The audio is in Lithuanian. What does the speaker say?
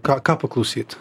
ką ką paklausyt